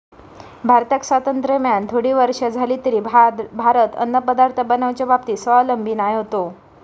भारताक स्वातंत्र्य मेळान थोडी वर्षा जाली तरी भारत अन्नपदार्थ बनवच्या बाबतीत स्वावलंबी नाय होतो